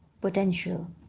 potential